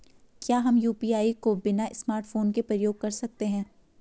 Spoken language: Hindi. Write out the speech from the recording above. क्या हम यु.पी.आई को बिना स्मार्टफ़ोन के प्रयोग कर सकते हैं?